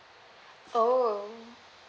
oh